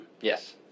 Yes